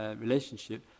relationship